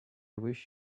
wish